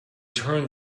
turned